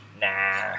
Nah